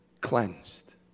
cleansed